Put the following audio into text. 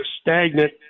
stagnant